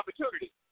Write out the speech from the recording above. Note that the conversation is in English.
opportunity